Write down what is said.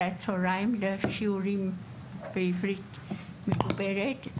הצוהריים אלינו לשיעורים בעברית מדוברת.